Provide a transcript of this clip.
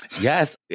Yes